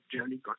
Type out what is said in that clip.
journey